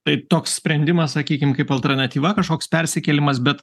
tai toks sprendimas sakykim kaip alternatyva kažkoks persikėlimas bet